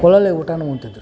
ಒಳ್ಳೊಳ್ಳೆಯ ಊಟನು ಉಣ್ತಿದ್ದರು